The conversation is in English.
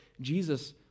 Jesus